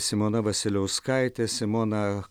simona vasiliauskaitė simona